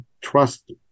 trust